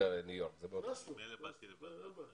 אין בעיה.